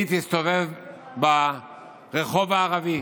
היא תסתובב ברחוב הערבי.